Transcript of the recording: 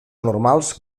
normals